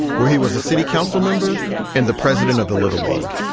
where he was a city council member and the president of the little league